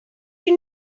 you